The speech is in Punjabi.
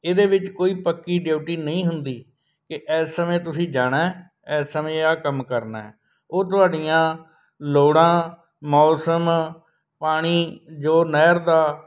ਇਹਦੇ ਵਿੱਚ ਕੋਈ ਪੱਕੀ ਡਿਊਟੀ ਨਹੀਂ ਹੁੰਦੀ ਕਿ ਇਸ ਸਮੇਂ ਤੁਸੀਂ ਜਾਣਾ ਇਸ ਸਮੇਂ ਆਹ ਕੰਮ ਕਰਨਾ ਉਹ ਤੁਹਾਡੀਆਂ ਲੋੜਾਂ ਮੌਸਮ ਪਾਣੀ ਜੋ ਨਹਿਰ ਦਾ